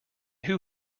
who